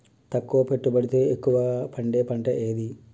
తక్కువ పెట్టుబడితో ఎక్కువగా పండే పంట ఏది?